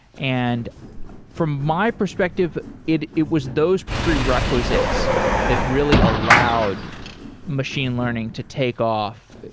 and from my perspective, it it was those prerequisites that really allowed machine learning to take off.